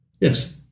Yes